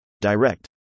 direct